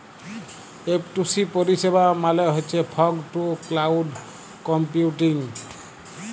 F two C পরিষেবা মালে হছ ফগ টু ক্লাউড কম্পিউটিং